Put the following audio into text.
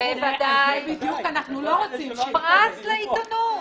פרס לעיתונות.